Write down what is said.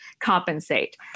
compensate